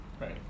Right